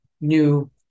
new